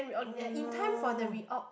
oh no